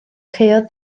caeodd